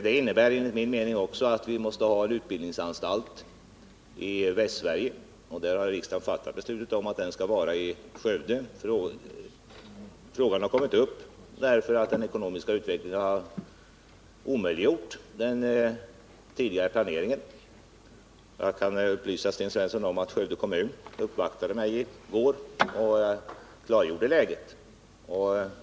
Det innebär enligt min mening också att vi måste ha en utbildningsanstalt i Västsverige, och riksdagen har fattat beslutet att den skall vara förlagd till Skövde. Frågan har kommit upp därför att den ekonomiska utvecklingen har omöjliggjort den tidigare planeringen. Jag kan upplysa Sten Svensson om att Skövde kommun uppvaktade mig i går och klargjorde läget.